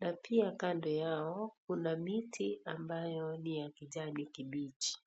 na pia kando yao kuna miti ambayo ni ya kijani kibichi.